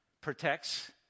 protects